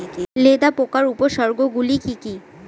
লেদা পোকার উপসর্গগুলি কি কি?